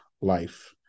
life